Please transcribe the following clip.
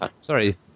Sorry